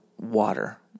water